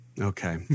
Okay